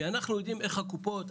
כי אנחנו יודעים איך הקופות,